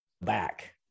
back